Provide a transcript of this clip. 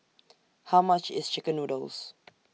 How much IS Chicken Noodles